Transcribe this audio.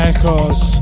Echoes